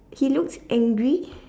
he looks angry